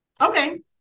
Okay